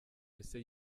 ese